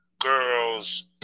girls